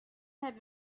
had